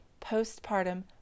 postpartum